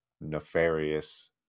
nefarious